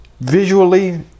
visually